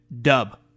dub